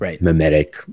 mimetic